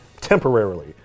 Temporarily